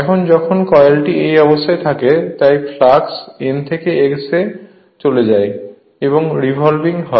এখন যখন কয়েলটি এই অবস্থানে থাকে তাই ফ্লাক্স N থেকে S এ চলে যায় এবং এটি রিভলভিং হয়